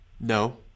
No